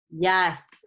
Yes